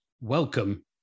Welcome